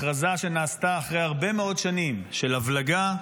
הכרזה שנעשתה אחרי הרבה מאוד שנים של הבלגה,